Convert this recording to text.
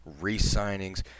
re-signings